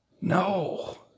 No